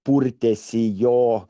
purtęsi jo